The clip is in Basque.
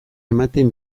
ematen